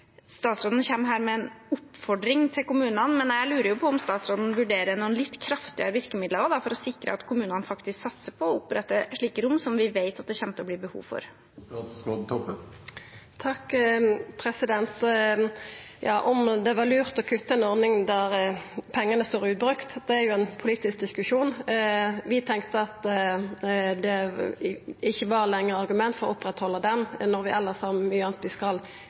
Statsråden kommer her med en oppfordring til kommunene, men jeg lurer på om statsråden også vurderer noen litt kraftigere virkemidler for å sikre at kommunene faktisk satser på å opprette slike rom, som vi vet at det kommer til å bli behov for. Om det var lurt å kutta i ei ordning der pengane står ubrukte, er jo ein politisk diskusjon. Vi tenkte at det ikkje lenger var eit argument for å halda ho ved lag når vi elles har mykje anna vi skal